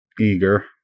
eager